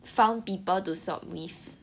found people to swap with